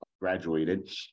graduated